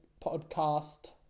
podcast